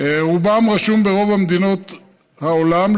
רובם רשומים ברוב מדינות העולם,